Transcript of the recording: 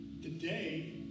Today